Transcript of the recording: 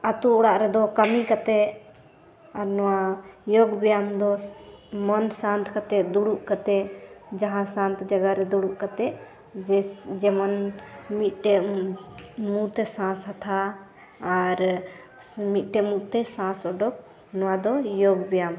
ᱟᱛᱩ ᱚᱲᱟᱜ ᱨᱮᱫᱚ ᱠᱟᱹᱢᱤ ᱠᱟᱛᱮ ᱟᱨ ᱱᱚᱣᱟ ᱡᱳᱜᱽ ᱵᱮᱭᱟᱢ ᱫᱚ ᱢᱚᱱ ᱥᱟᱱᱛ ᱠᱟᱛᱮ ᱫᱩᱲᱩᱵ ᱠᱟᱛᱮ ᱡᱟᱦᱟᱸ ᱥᱟᱱᱛ ᱡᱟᱭᱜᱟᱨᱮ ᱫᱩᱲᱩᱵ ᱠᱟᱛᱮ ᱡᱮ ᱡᱮᱢᱚᱱ ᱢᱤᱫᱴᱮᱱ ᱢᱩᱸᱛᱮ ᱥᱟᱥ ᱦᱟᱛᱟᱣ ᱟᱨ ᱢᱤᱫᱴᱮᱱ ᱢᱩᱸᱛᱮ ᱥᱟᱥ ᱩᱰᱩᱠ ᱱᱚᱣᱟ ᱫᱚ ᱡᱳᱜᱽ ᱵᱮᱭᱟᱢ